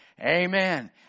Amen